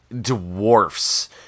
dwarfs